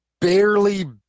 barely